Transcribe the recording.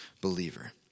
believer